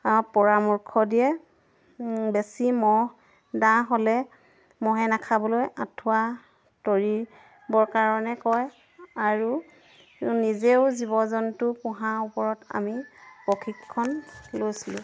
পৰামৰ্শ দিয়ে বেছি মহ দাহ হ'লে মহে নাখাবলৈ আঁঠুৱা তৰিবৰ কাৰণে কয় আৰু নিজেও জীৱ জন্তু পোহাৰ ওপৰত আমি প্ৰশিক্ষণ লৈছিলোঁ